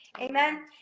Amen